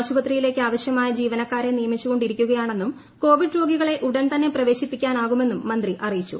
ആശുപത്രിയിലേക്ക്ാവശ്യമായ ജീവനക്കാരെ നിയമിച്ചു കൊണ്ടിരിക്കുകയാണെന്നും കോവിഡ് രോഗികളെ ഉടൻ തന്നെ പ്രവേശിപ്പിക്കാനാവുമെന്നും മന്ത്രി അറിയിച്ചു